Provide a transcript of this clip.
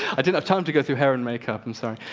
i didn't have time to go through hair and makeup, i'm sorry.